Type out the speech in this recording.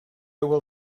will